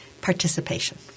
Participation